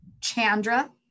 Chandra